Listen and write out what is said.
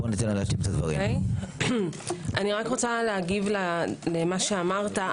אני רוצה להגיב למה שאמרת.